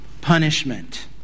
punishment